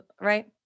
right